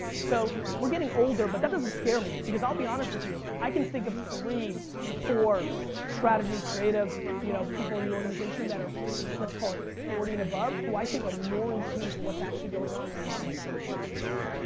so we're getting older but that doesn't scare me because i'll be honest with you i can think of three to four strategy creative you know people in the organization that are lets call it forty and above who i think are more in tune to what's actually going on than a lot of my twenty six year olds.